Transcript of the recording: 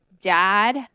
dad